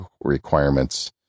requirements